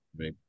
right